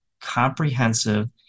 comprehensive